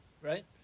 Right